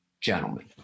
Gentlemen